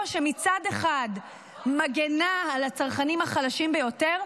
שמצד אחד מגינה על הצרכנים החלשים ביותר,